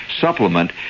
supplement